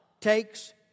takes